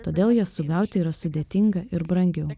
todėl jas sugauti yra sudėtinga ir brangiau